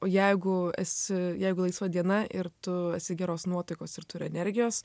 o jeigu esi jeigu laisva diena ir tu esi geros nuotaikos ir turi energijos